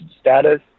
status